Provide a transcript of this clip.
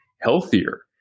healthier